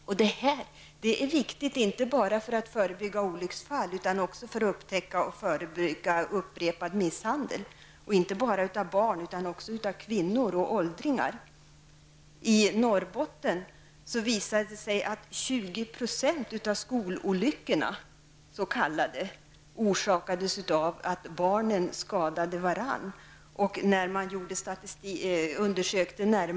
Det här är viktigt inte bara för att förebygga olycksfall, utan också för att upptäcka och förebygga upprepad misshandel av barn, kvinnor och åldringar. I Norrbotten visade det sig att 20 % av de s.k. skololyckorna orsakats av att barnen skadade varandra.